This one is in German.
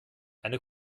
eine